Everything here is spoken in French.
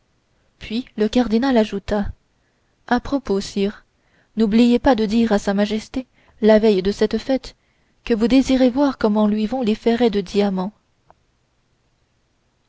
puis le cardinal ajouta à propos sire n'oubliez pas de dire à sa majesté la veille de cette fête que vous désirez voir comment lui vont ses ferrets de diamants